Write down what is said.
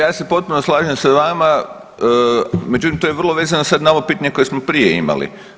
Ja se potpuno slažem sa vama, međutim to je vrlo vezano sad na ovo pitanje koje smo prije imali.